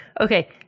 okay